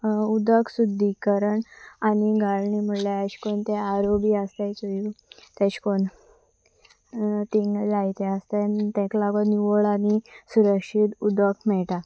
उदक सुद्दीकरण आनी गळणी म्हणल्यार अशें करून ते आरो बी आसताय चय तेशें करून तींग लाायते आसतायनी ताका लागून निवळ आनी सुरक्षीत उदक मेळटा